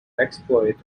exploit